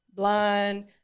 Blind